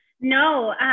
No